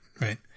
right